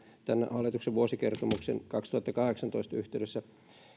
hallituksen vuosikertomuksen kaksituhattakahdeksantoista yhteydessä